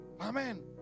Amen